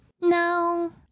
no